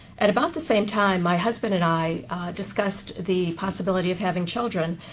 at about the same time, my husband and i discussed the possibility of having children,